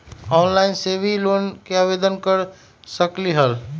Online से भी loan के आवेदन कर सकलीहल?